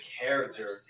character